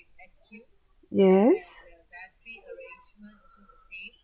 yes